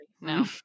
No